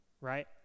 right